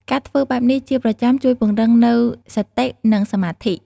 ការធ្វើបែបនេះជាប្រចាំ ជួយពង្រឹងនូវសតិ និងសមាធិ។